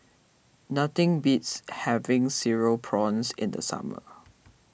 nothing beats having Cereal Prawns in the summer